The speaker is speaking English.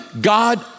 God